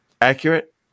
accurate